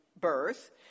birth